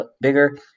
bigger